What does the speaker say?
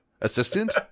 assistant